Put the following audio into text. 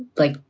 like,